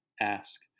ask